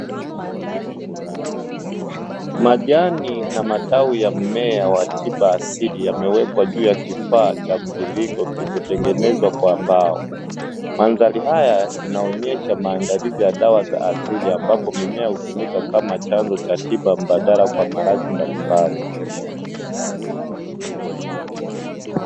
Majani na matawi ya mmea wa tiba asili yamewekwa juu ya kifaa cha mviringo kilichotengenezwa kwa mbao. Mandhari haya inaonyesha maandalizi ya dawa za asili ambapo mimea hutumika kama chanzo cha tiba mbadala kwa maradhi mbalimbali